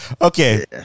Okay